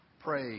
pray